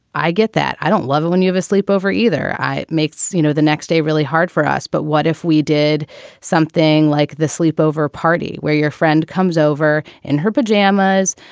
i get that. i don't love you when you have a sleepover either. i makes, you know, the next day really hard for us. but what if we did something like the sleepover party where your friend comes over in her pajamas?